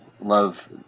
Love